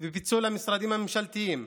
ופיצול של המשרדים הממשלתיים,